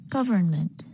Government